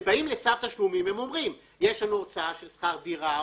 כאשר הם באים לצו תשלומים הם אומרים: יש לנו הוצאה לשכר דירה,